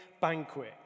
banquet